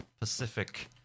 Pacific